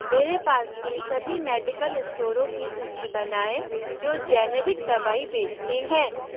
मेरे पास के सभी मैडिकल इस्टोरों की सूची बनाएँ जो जेनेरिक दवाई बेचते हैं